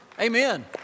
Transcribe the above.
Amen